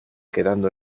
quedando